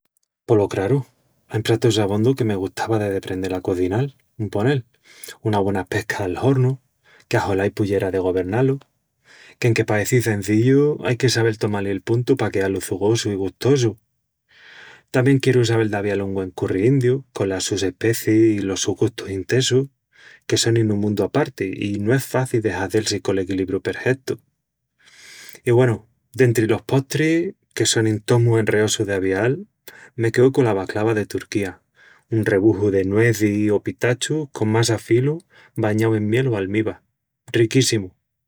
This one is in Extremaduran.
Polo craru... ain pratus abondu que me gustava de deprendel a cozinal... Un ponel, una güena pesca al hornu, que axolá i puyera de governá-lu... qu'enque paeci cenzillu, ai que sabel tomá-li'l puntu pa queá-lu çugosu i gustosu. Tamién quieru sabel d'avial un güen curri indiu colas sus especiis i los sus gustus intesus, que sonin un mundu aparti i no es faci de hazel-si col equilibru perhetu. I güenu, dentri los postris, que sonin tós mu enreosus d'avial, me queu cola baklava de Turquía, un rebuju de nuezis o pitachus con massa filu bañau en miel o almiba. Riquíssimu!